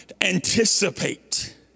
anticipate